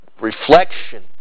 reflection